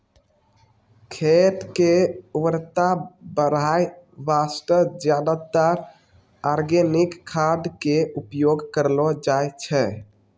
खेत के उर्वरता बढाय वास्तॅ ज्यादातर आर्गेनिक खाद के उपयोग करलो जाय छै